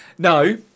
No